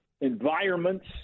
environments